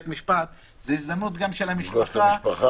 משפט זה הזדמנות גם של המשפחה --- לפגוש את המשפחה?